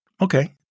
Okay